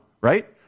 right